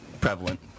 prevalent